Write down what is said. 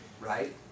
Right